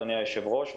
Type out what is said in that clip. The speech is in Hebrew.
אדוני היושב-ראש,